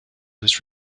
was